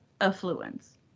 affluence